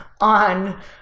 on